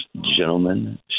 gentlemen